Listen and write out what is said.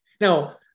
Now